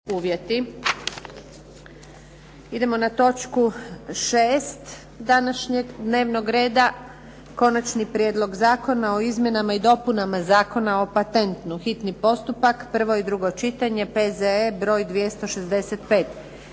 (SDP)** Idemo na točku šest današnjeg dnevnog reda - Konačni prijedlog zakona o izmjenama i dopunama Zakona o patentu, hitni postupak, prvo i drugo čitanje, P.Z.E. br. 265